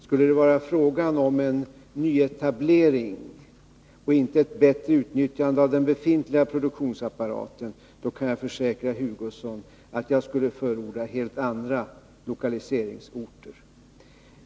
Skulle det vara fråga om en nyetablering och inte om ett bättre utnyttjande av den befintliga produktionsapparaten, kan jag försäkra herr Hugosson att jag skulle förorda helt andra lokaliseringsorter.